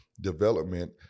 development